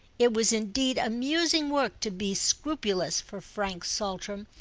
it was indeed amusing work to be scrupulous for frank saltram,